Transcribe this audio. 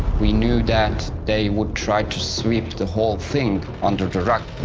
we knew that they would try to sweep the whole thing under